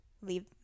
leave